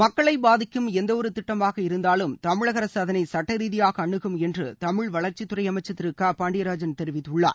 மக்களை பாதிக்கும் எந்த ஒரு திட்டமாக இருந்தாலும் தமிழக அரசு அதளை சுட்ட ரீதியாக அணுகும் என்று தமிழ் வளர்ச்சித்துறை அமைச்சர் திரு க பாண்டியராஜன் தெரிவித்துள்ளார்